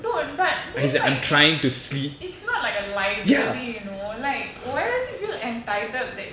dude but then like it's not like a library you know like why does he feel entitled that he should